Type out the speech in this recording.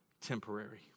temporary